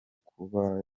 kuba